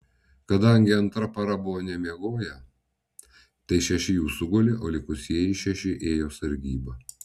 kadangi antra para buvo nemiegoję tai šeši jų sugulė o likusieji šeši ėjo sargybą